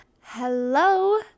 hello